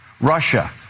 Russia